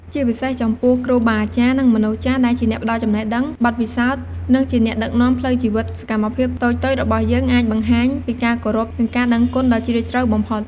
ជាពិសេសចំពោះ គ្រូបាអាចារ្យ និង មនុស្សចាស់ ដែលជាអ្នកផ្ដល់ចំណេះដឹង បទពិសោធន៍ និងជាអ្នកដឹកនាំផ្លូវជីវិត សកម្មភាពតូចៗរបស់យើងអាចបង្ហាញពីការគោរព និងការដឹងគុណដ៏ជ្រាលជ្រៅបំផុត។